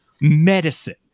medicine